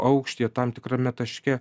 aukštyje tam tikrame taške